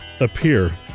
Appear